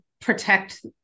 protect